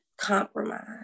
compromise